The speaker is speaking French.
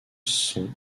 sont